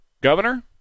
Governor